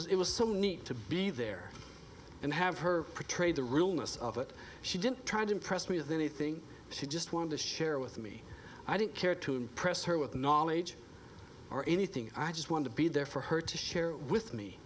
was it was so neat to be there and have her for trade the real mess of it she didn't try to impress me with anything she just wanted to share with me i didn't care to impress her with knowledge or anything i just wanted to be there for her to share with me